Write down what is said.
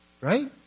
right